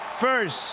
first